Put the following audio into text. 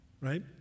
Right